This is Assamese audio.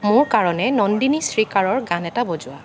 মোৰ কাৰণে নন্দিনী শ্ৰীকাৰৰ গান এটা বজোৱা